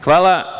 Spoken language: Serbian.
Hvala.